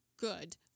good